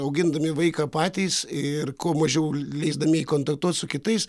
augindami vaiką patys ir kuo mažiau leisdami kontaktuot su kitais